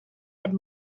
had